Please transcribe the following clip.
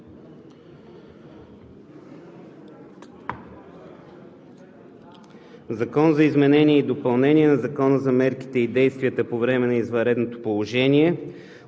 „Закон за изменение и допълнение на Закона за мерките и действията по време на извънредното положение,